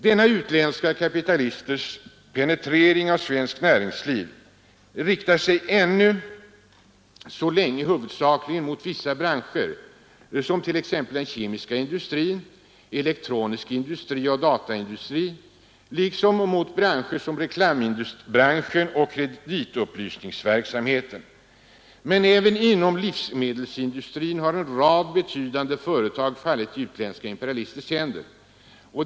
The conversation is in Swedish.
Denna utländska kapitalisters penetrering av svenskt näringsliv riktar sig ännu så länge huvudsakligen mot vissa branscher, t.ex. den kemiska industrin, elektronisk industri och dataindustri, liksom mot reklambranschen och kreditupplysningsverksamheten. Även inom livsmedelindustrin har en rad betydande företag fallit i utländska imperialisters händer.